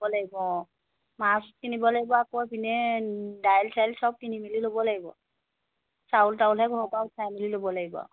মাছ কিনিব লাগিব আকৌ এইপিনে দাইল চাইল চব কিনি মেলি ল'ব লাগিব চাউল টাউলহে ঘৰৰ পৰা উঠাই মেলি ল'ব লাগিব